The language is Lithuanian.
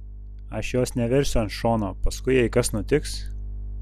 aš jos neversiu ant šono paskui jei kas nutiks